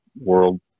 world